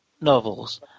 novels